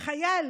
חייל